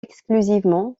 exclusivement